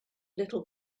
little